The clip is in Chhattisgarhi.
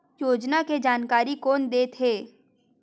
योजना के जानकारी कोन दे थे?